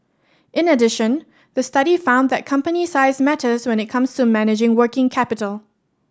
in addition the study found that company size matters when it comes to managing working capital